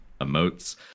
emotes